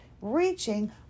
reaching